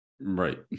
Right